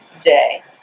day